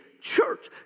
church